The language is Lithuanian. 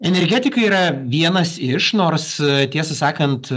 energetikai yra vienas iš nors tiesą sakant